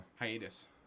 Hiatus